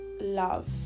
love